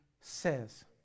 says